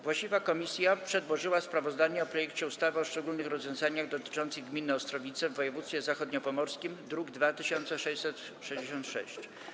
Właściwa komisja przedłożyła sprawozdanie o projekcie ustawy o szczególnych rozwiązaniach dotyczących gminy Ostrowice w województwie zachodniopomorskim, druk nr 2666.